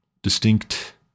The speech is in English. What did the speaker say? Distinct